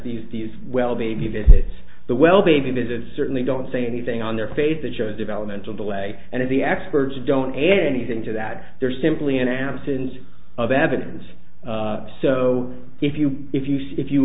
sees these well baby visits the well baby didn't certainly don't say anything on their face that shows developmental delay and if the experts don't add anything to that there's simply an absence of evidence so if you if you see if you